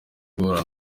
guhura